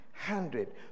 hundred